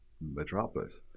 metropolis